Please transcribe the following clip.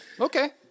okay